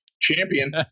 champion